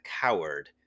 coward